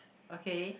okay